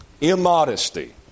Immodesty